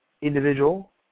individual